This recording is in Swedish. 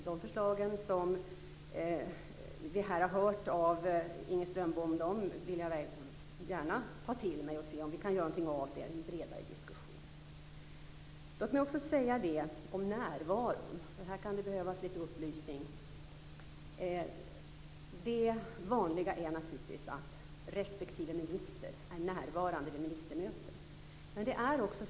De förslag som vi här har hört av Inger Strömbom vill jag gärna ta till mig och se om vi kan göra någonting av dem i en bredare diskussion. Låt mig också säga något om närvaron - här kan det behövas lite upplysning. Det vanliga är naturligtvis att respektive minister är närvarande vid ministermöten.